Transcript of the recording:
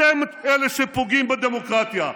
אתם אלה שפוגעים בדמוקרטיה,